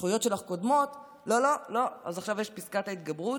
הזכויות שלך קודמות, לא, עכשיו יש פסקת ההתגברות